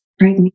right